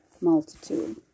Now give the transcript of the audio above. multitude